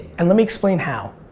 and let me explain how.